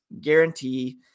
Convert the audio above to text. guarantee